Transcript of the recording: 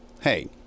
hey